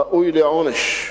ראוי לעונש,